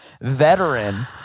veteran